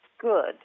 good